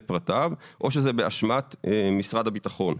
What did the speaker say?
פרטיו ובין אם זה באשמת משרד הביטחון.